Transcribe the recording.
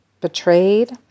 betrayed